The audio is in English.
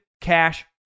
Cash